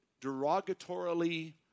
derogatorily